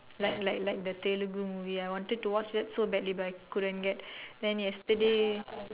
like like like the tailor groom movie I wanted to watch it so badly but I couldn't get then yesterday